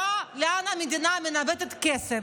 רואה לאן המדינה מנווטת כסף,